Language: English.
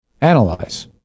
Analyze